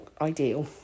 ideal